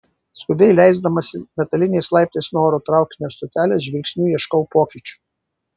skubiai leisdamasi metaliniais laiptais nuo oro traukinio stotelės žvilgsniu ieškau pokyčių